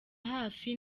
hafi